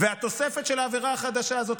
והתוספת של העבירה החדשה הזאת,